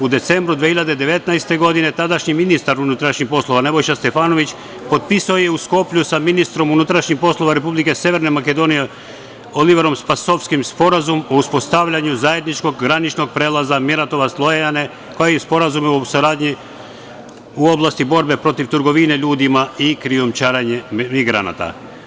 U decembru 2019. godine tadašnji ministar unutrašnjih poslova Nebojša Stefanović potpisao je u Skoplju sa ministrom unutrašnjih poslova Republike Severne Makedonije Oliverom Spasovskim Sporazumom o uspostavljanju zajedničkog graničnog prelaza Miratovac – Lojane, kao i Sporazum o saradnji u oblasti borbe protiv trgovine ljudima i krijumčarenja migranata.